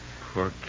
Poor